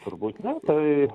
turbūt ne tai